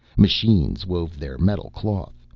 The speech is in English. machines wove their metal cloth,